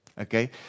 Okay